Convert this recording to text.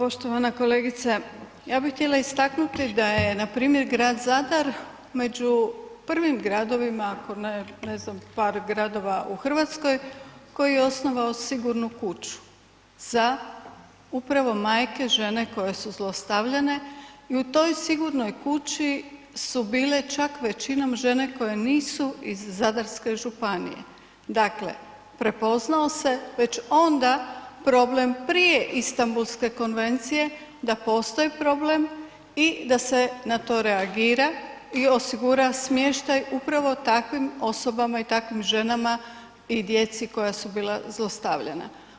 Pa evo poštovana kolegice, ja bi htjela istaknuti da je npr. grad Zadar među prvim gradovima ... par gradova u Hrvatskoj koji je osnovao sigurnu kuću za upravo majke, žene koje su zlostavljane i u toj sigurnoj kući su bile čak većinom žene koje nisu iz Zadarske županije, dakle prepoznao se već onda problem prije Istanbulske konvencije da postoji problem i da se na to reagira i osigura smještaj upravo takvim osobama i takvim ženama i djeci koja su bila zlostavljana.